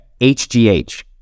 HGH